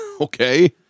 Okay